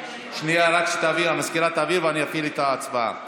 שנייה, רק המזכירה תעביר, ואני אפעיל את ההצבעה.